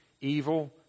evil